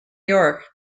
york